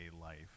life